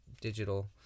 digital